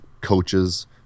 coaches